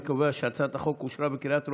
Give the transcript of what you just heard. אני קובע שהצעת החוק אושרה בקריאה טרומית,